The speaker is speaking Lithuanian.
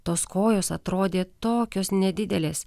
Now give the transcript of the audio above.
tos kojos atrodė tokios nedidelės